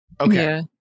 Okay